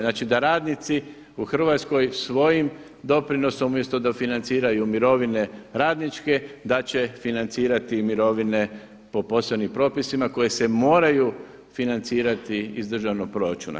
Znači da radnici u Hrvatskoj svojim doprinosom umjesto da financiraju mirovine radničke da će financirati i mirovine po posebnim propisima koje se moraju financirati iz državnog proračuna.